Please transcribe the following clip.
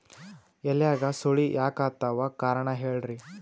ಎಲ್ಯಾಗ ಸುಳಿ ಯಾಕಾತ್ತಾವ ಕಾರಣ ಹೇಳ್ರಿ?